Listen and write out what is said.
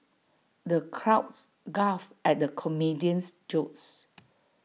the crowds guffawed at the comedian's jokes